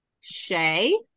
shay